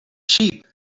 sheep